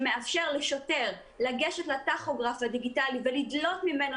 שמאפשר לשוטר לגשת לטכוגרף הדיגיטלי ולדלות ממנו